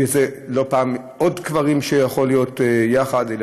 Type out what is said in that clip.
זה לא פעם קברים שיכולים להיות יחד,